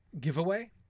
giveaway